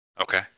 Okay